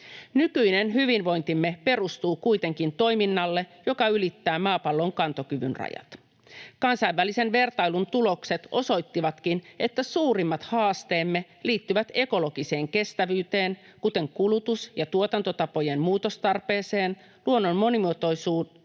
Nykyinen hyvinvointimme perustuu kuitenkin toiminnalle, joka ylittää maapallon kantokyvyn rajat. Kansainvälisen vertailun tulokset osoittivatkin, että suurimmat haasteemme liittyvät ekologiseen kestävyyteen, kuten kulutus‑ ja tuotantotapojen muutostarpeeseen, luonnon monimuotoisuuteen,